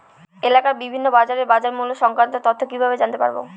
এলাকার বিভিন্ন বাজারের বাজারমূল্য সংক্রান্ত তথ্য কিভাবে জানতে পারব?